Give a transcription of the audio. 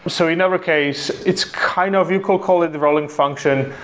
so in our case, it's kind of, you call call it rolling function,